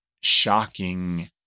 shocking